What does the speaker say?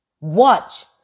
Watch